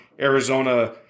Arizona